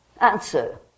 Answer